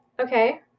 Okay